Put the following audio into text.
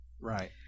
Right